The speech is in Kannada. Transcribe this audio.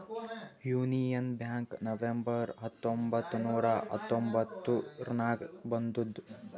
ಯೂನಿಯನ್ ಬ್ಯಾಂಕ್ ನವೆಂಬರ್ ಹತ್ತೊಂಬತ್ತ್ ನೂರಾ ಹತೊಂಬತ್ತುರ್ನಾಗ್ ಬಂದುದ್